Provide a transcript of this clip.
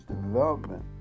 development